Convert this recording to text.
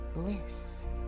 Bliss